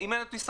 אם אין טיסה,